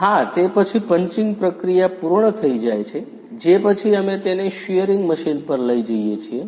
હા તે પછી પંચીંગ પ્રક્રિયા પૂર્ણ થઈ જાય છે જે પછી અમે તેને શિયરિંગ મશીન પર લઈ જઈએ છીએ